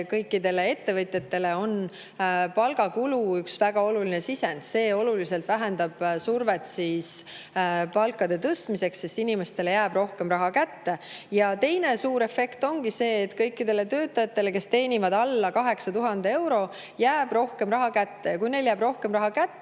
kõikidele ettevõtjatele on palgakulu üks väga oluline sisend ja [maksuküüru kaotamine] vähendab oluliselt survet tõsta palkasid, sest inimestele jääb rohkem raha kätte. Teine suur efekt ongi see, et kõikidele töötajatele, kes teenivad alla 8000 euro, jääb rohkem raha kätte. Kui neile jääb rohkem raha kätte,